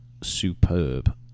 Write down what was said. superb